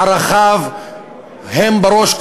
ערכיו הם בראש,